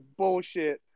bullshit